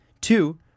two